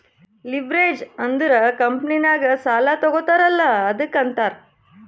leverage ಅಂದುರ್ ಕಂಪನಿನಾಗ್ ಸಾಲಾ ತಗೋತಾರ್ ಅಲ್ಲಾ ಅದ್ದುಕ ಅಂತಾರ್